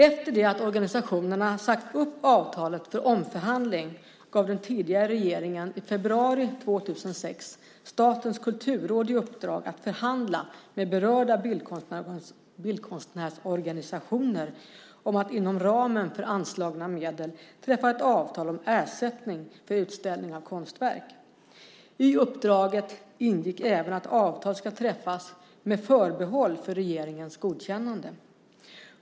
Efter det att organisationerna sagt upp avtalet för omförhandling gav den tidigare regeringen i februari 2006 Statens kulturråd i uppdrag att förhandla med berörda bildkonstnärsorganisationer om att inom ramen för anslagna medel träffa ett avtal om ersättning för utställning av konstverk. I uppdraget ingick även att avtal ska träffas med förbehåll för regeringens godkännande.